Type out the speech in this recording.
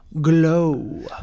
Glow